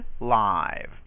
live